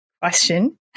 question